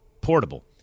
Portable